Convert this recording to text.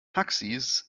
taxis